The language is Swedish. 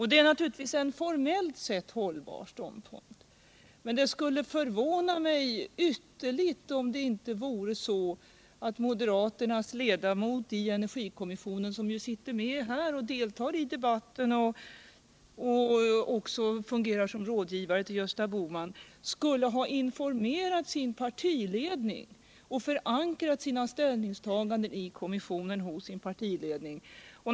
Det är naturligtvis en formellt sett hållbar ståndpunkt, men det skulle förvåna mig ytterligt om det inte vore så att moderaternas ledamot i energikommissionen, som sitter med här och deltar i debatten och också fungerar som rådgivare till Gösta Bohman, skulle ha informerat sin partiledning och förankrat sina ställningstaganden i kommissionen hos sin partiledning.